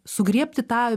sugriebti tą